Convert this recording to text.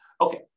Okay